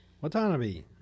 Watanabe